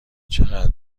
چقدر